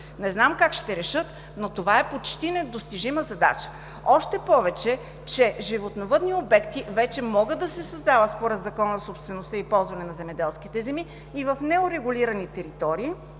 Не знам как ще решат, но това е почти недостижима задача. Още повече че животновъдни обекти вече могат да се създават според Закона за собствеността и ползването на земеделските земи и в неурегулирани територии